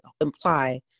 imply